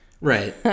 right